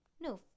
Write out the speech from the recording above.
No